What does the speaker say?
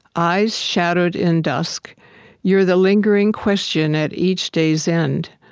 eyes shadowed in dusk you're the lingering question at each day's end.